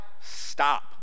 stop